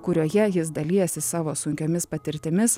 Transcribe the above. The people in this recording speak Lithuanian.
kurioje jis dalijasi savo sunkiomis patirtimis